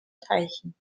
teichen